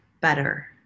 better